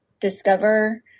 discover